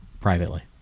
privately